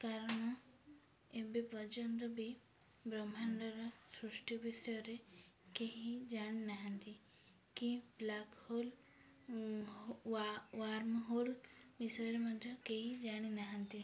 କାରଣ ଏବେ ପର୍ଯ୍ୟନ୍ତ ବି ବ୍ରହ୍ମାଣ୍ଡର ସୃଷ୍ଟି ବିଷୟରେ କେହି ଜାଣି ନାହାନ୍ତି କି ବ୍ଲାକ୍ ହୋଲ୍ ୱା ୱାର୍ମ ହୋଲ୍ ବିଷୟରେ ମଧ୍ୟ କେହି ଜାଣିନାହାନ୍ତି